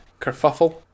kerfuffle